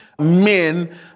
men